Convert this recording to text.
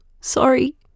sorry